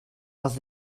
les